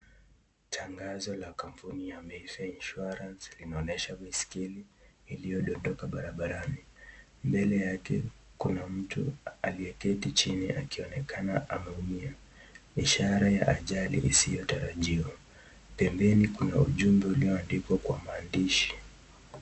Tangazo la kampuni ya Mayfair Insurance linaonyesha baiskeli iliyodondoka barabarani. Mbele yake kuna mtu aliyeketi chini akionekana ameumia. Ishara ya ajali isiyotarajiwa. Pembeni kuna ujumbe ulioandikwa kwa maandishi.